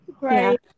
Right